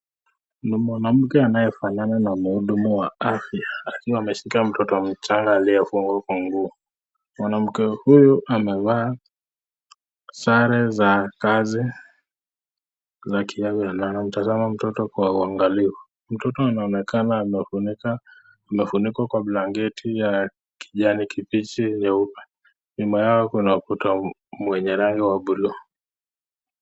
Ni mwanmke anayefanana na mhudumu wa afya akiw ameshika mtoto mdogo ayiyefungwa kwa nguo, mwanamke huyu amevaa sare za kazi za kiafya, anamtazama mtoto kwa uangalifu, mtoto anaonekana amefunikwa kwa blanketi ya kijani kibichi, nyuma yao kuna ukuta wa rangi ya buluu.